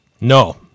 No